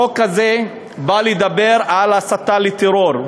החוק הזה בא לדבר על הסתה לטרור,